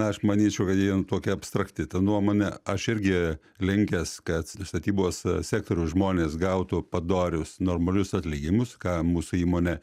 na aš manyčiau kad ji yra tokia abstrakti ta nuomonė aš irgi linkęs kad statybos sektoriaus žmonės gautų padorius normalius atlyginimus ką mūsų įmonė